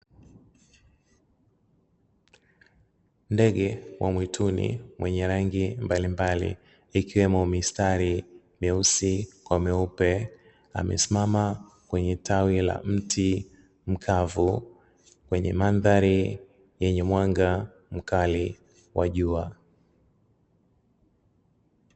Ndege wa mwituni mwenye rangi mbalimbali ikiwemo mistari meusi kwa meupe, amesimama kwenye tawi la mti mkavu wenye mandhari yenye mwanga mkali wa jua.